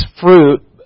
fruit